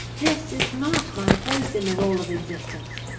this is not my place in the roll of existence,